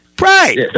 Right